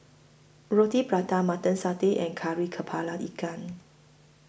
Roti Prata Mutton Satay and Kari Kepala Ikan